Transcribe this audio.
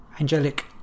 angelic